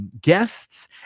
guests